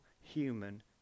human